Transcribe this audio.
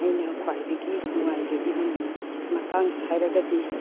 ꯑꯩꯅ ꯈ꯭ꯋꯥꯏꯗꯒꯤ ꯅꯨꯡꯉꯥꯏꯖꯒꯤꯕ ꯃꯇꯥꯡ ꯍꯥꯏꯔꯒꯗꯤ